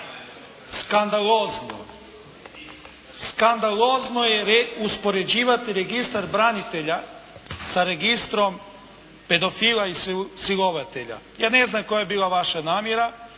Skandalozno. Skandalozno je uspoređivati registar branitelja sa registrom pedofila i silovatelja. Ja ne znam koja je bila vaša namjera